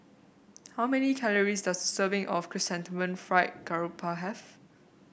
how many calories does a serving of Chrysanthemum Fried Garoupa have